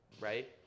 right